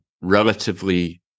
relatively